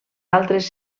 altres